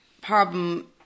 problem